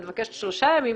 את מבקשת שלושה ימים,